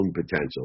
potential